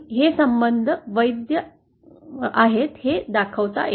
हे संबंध वैध आहेत हे दाखवता येते